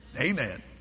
Amen